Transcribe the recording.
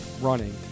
running